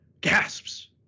gasps